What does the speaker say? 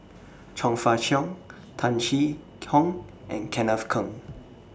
Chong Fah Cheong Tung Chye Hong and Kenneth Keng